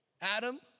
Adam